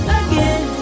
again